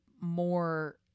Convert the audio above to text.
more